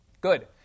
Good